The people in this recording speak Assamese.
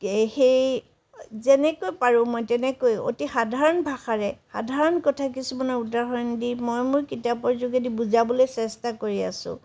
এই সেই যেনেকৈ পাৰোঁ মই তেনেকৈ অতি সাধাৰণ ভাষাৰে সাধাৰণ কথা কিছুমানৰ উদাহৰণ দি মই মোৰ কিতাপৰ যোগেদি বুজাবলৈ চেষ্টা কৰি আছোঁ